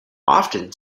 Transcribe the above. often